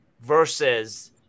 versus